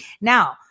Now